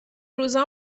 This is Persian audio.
روزها